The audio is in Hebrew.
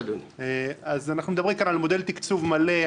אנחנו מדברים כאן על מודל תקצוב מלא,